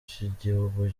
cy’igihugu